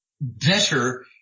better